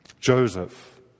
Joseph